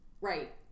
Right